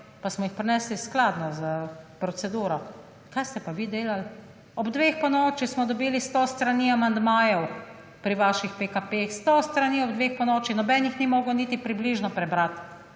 pa smo jih prinesli skladno s proceduro. Kaj ste pa vi delali? Ob dveh ponoči smo dobili 100 strani amandmajev pri vaših PKP, 100 strani ob dveh ponoči, noben jih ni mogel niti približno prebrati.